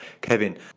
Kevin